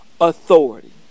authority